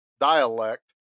dialect